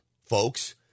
folks